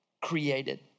created